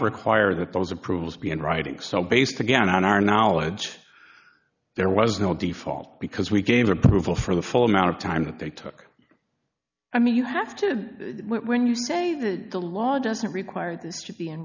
require that those approvals be in writing so based again on our knowledge there was no default because we gave approval for the full amount of time that they took i mean you have to when you say that the law doesn't require this to be in